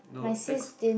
no X